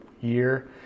year